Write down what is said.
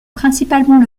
principalement